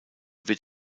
wird